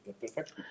Perfecto